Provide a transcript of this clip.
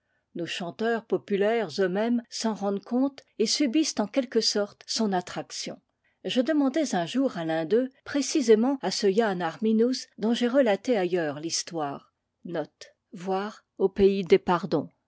nos chanteurs populaires eux-mêmes s'en rendent compte et subissent en quelque sorte son attraction je demandais un jour à l'un d'eux précisément à ce yann ar minouz dont j ai relate ailleurs l histoire